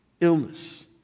Illness